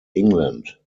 england